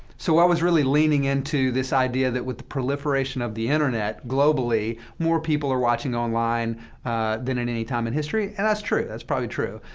so was really leaning into this idea that with the proliferation of the internet, globally, more people are watching online than at any time in history. and that's true. that's probably true.